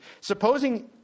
Supposing